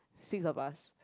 six of us